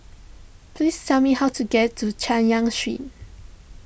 please tell me how to get to Chay Yan Street